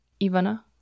Ivana